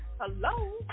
Hello